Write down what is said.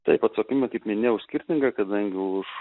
taip atsakomybė kaip minėjau skirtinga kadangi už